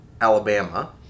Alabama